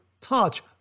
touch